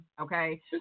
Okay